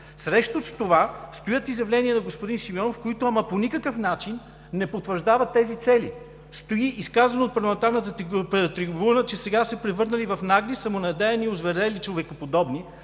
Срещу това стоят изявления на господин Симеонов, които, ама по никакъв начин, не потвърждават тези цели. Стои изказано от парламентарната трибуна, че сега са се превърнали в „нагли, самонадеяни, озверели човекоподобни”